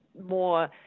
more